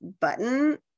button